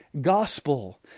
gospel